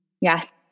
Yes